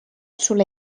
sulle